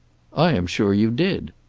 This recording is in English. i am sure you did.